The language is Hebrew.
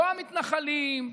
לא המתנחלים,